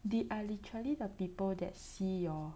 they are literally the people that see your